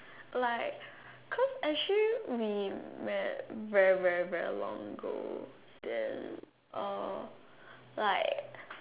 like cause actually we met very very very long ago then like